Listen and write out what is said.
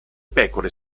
pecore